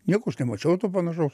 nieko aš nemačiau to panašaus